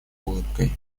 улыбкой